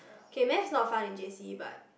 K math is not fun in J_C but